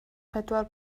pedwar